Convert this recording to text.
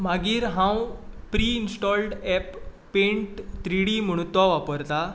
मागीर हांव pre installed app paint three D म्हूण तो वापरतां